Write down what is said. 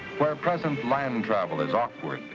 where present land and travel is awkward,